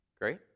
Great